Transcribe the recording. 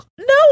no